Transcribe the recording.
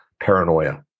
paranoia